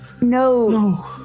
No